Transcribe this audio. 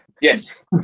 Yes